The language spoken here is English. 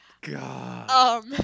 God